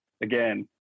again